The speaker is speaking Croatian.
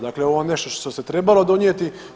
Dakle, ovo je nešto što se trebalo donijeti.